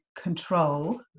control